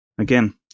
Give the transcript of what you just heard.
Again